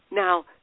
Now